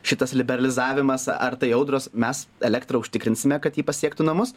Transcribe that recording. šitas liberalizavimas ar tai audros mes elektrą užtikrinsime kad ji pasiektų namus